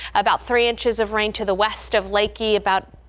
about three inches of rain to the west of lake ii about.